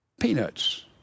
peanuts